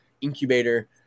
incubator